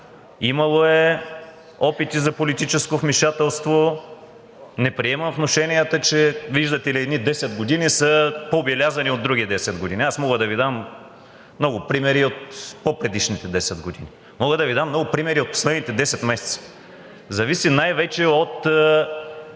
имало е опити за политическо вмешателство. Не приемам внушенията, че виждате ли, едни десет години са по-белязани от други десет години. Аз мога да Ви дам много примери от по-предишните десет години, мога да Ви дам много примери от последните десет месеца, и най-вече